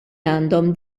għandhom